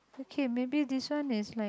okay maybe this one is like